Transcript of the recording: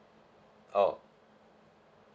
oh